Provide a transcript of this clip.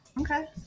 Okay